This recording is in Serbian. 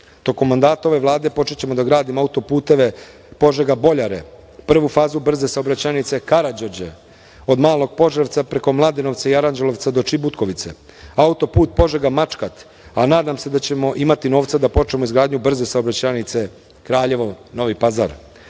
tokom mandata ove Vlade počećemo da gradimo autoputeve Požega-Boljare, prvu fazu brze saobraćajnice Krađorđe, od Malog Požarevca preko Mladenovca i Aranđelovca do Čibutkovice, autoput Požega-Mačkat, a nadam se da ćemo imati novca da počnemo izgradnju brze saobraćajnice Kraljevo-Novi Pazar. Tokom